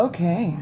Okay